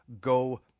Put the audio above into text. go